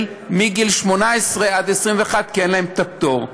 מגיל 18 עד גיל 21, כי אין להם פטור.